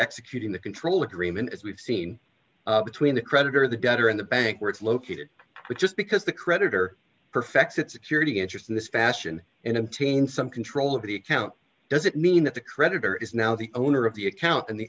executing the control agreement as we've seen between the creditor the debtor and the bank where it's located but just because the creditor perfects it security interest in this fashion in a teen some control of the account doesn't mean that the creditor is now the owner of the account and the